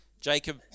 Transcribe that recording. Jacob